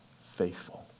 faithful